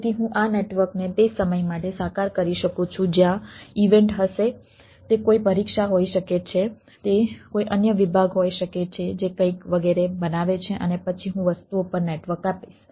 તેથી હું આ નેટવર્કને તે સમય માટે સાકાર કરી શકું છું જ્યાં ઈવેન્ટ હશે તે કોઈ પરીક્ષા હોઈ શકે છે તે કોઈ અન્ય વિભાગ હોઈ શકે છે જે કંઈક વગેરે બનાવે છે અને પછી હું વસ્તુઓ પર નેટવર્ક આપીશ